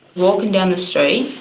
walking down the street,